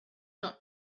not